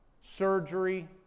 surgery